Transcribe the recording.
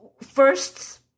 first